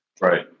Right